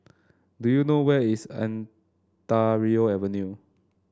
do you know where is Ontario Avenue